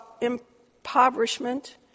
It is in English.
impoverishment